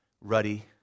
Ruddy